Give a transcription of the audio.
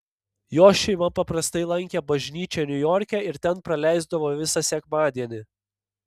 jos šeima paprastai lankė bažnyčią niujorke ir ten praleisdavo visą sekmadienį